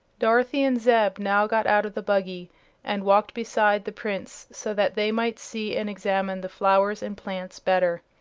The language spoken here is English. dorothy and zeb now got out of the buggy and walked beside the prince, so that they might see and examine the flowers and plants better.